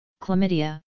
chlamydia